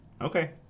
Okay